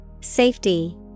Safety